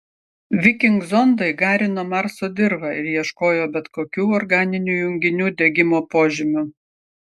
viking zondai garino marso dirvą ir ieškojo bet kokių organinių junginių degimo požymių